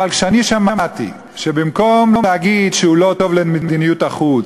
אבל כשאני שמעתי שבמקום להגיד שהוא לא טוב למדיניות החוץ,